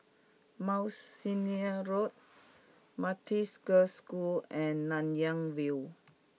Mount Sinai Road Methodist Girls' School and Nanyang View